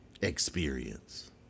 experience